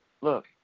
look